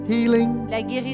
Healing